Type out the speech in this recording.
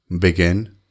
Begin